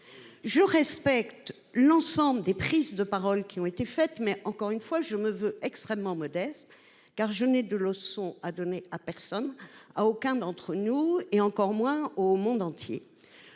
Je respecte l’ensemble des points de vue qui ont été exprimés. Je me veux extrêmement modeste, car je n’ai de leçons à donner à personne, à aucun d’entre nous, encore moins au monde entier.